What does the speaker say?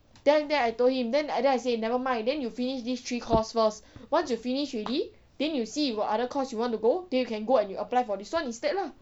then then then I told him then I then I say nevermind then you finish these three course first once you finish already then you see you got other course you want to go then you can go and you apply for this one instead lah